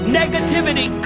negativity